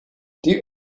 die